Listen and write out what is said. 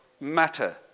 matter